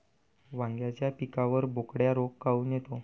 वांग्याच्या पिकावर बोकड्या रोग काऊन येतो?